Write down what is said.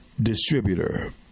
distributor